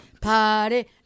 Party